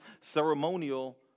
ceremonial